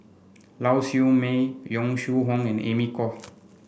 Lau Siew Mei Yong Shu Hoong and Amy Khor